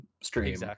stream